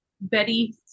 Betty